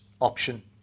option